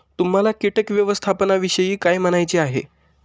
तुम्हाला किटक व्यवस्थापनाविषयी काय म्हणायचे आहे?